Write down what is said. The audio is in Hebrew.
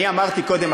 אני אמרתי קודם,